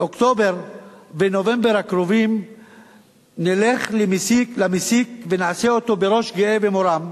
באוקטובר נובמבר הקרובים נלך למסיק ונעשה אותו בראש גאה ומורם.